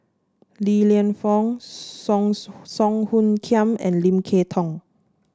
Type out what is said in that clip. Li Lienfung Song Song Hoot Kiam and Lim Kay Tong